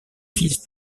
fils